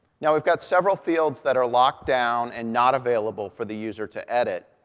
now, we've got several fields that are locked down and not available for the user to edit,